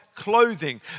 clothing